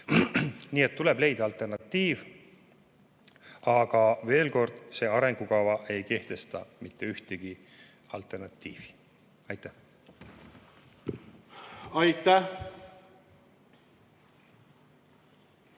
Nii et tuleb leida alternatiiv. Aga veel kord, see arengukava ei kehtesta mitte ühtegi alternatiivi. Aitäh! Aitäh,